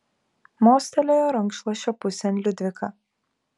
mostelėjo rankšluosčio pusėn liudvika